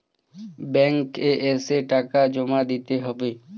Bank এ এসে টাকা জমা দিতে হবে?